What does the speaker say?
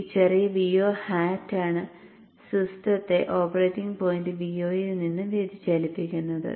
ഈ ചെറിയ Vo hat ആണ് സിസ്റ്റത്തെ ഓപ്പറേറ്റിംഗ് പോയിന്റ് Vo യിൽ നിന്ന് വ്യതിചലിപ്പിക്കുന്നത്